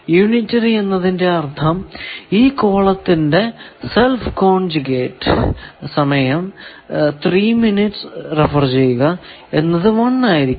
unitary എന്നതിന്റെ അർഥം ഈ കോളത്തിന്റെ സെല്ഫ് കോൺജ്യൂഗെറ്റ് എന്നത് 1 ആയിരിക്കും